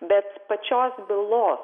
bet pačios bylos